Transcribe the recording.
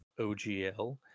OGL